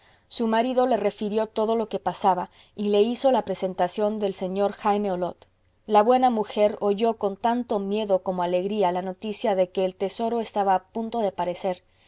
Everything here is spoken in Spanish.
su marido le refirió todo lo que pasaba y le hizo la presentación del señor jaime olot la buena mujer oyó con tanto miedo como alegría la noticia de que el tesoro estaba a punto de parecer